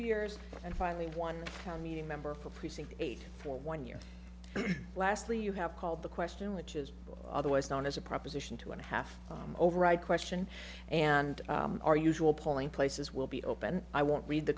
years and finally one town meeting member for precinct eight for one year and lastly you have called the question which is otherwise known as a proposition two and a half override question and our usual polling places will be open i won't read the